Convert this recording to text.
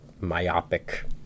myopic